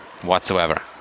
whatsoever